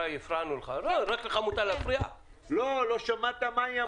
לא שמעת מה שהיא אמרה.